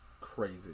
crazy